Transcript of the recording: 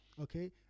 okay